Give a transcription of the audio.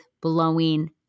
blowing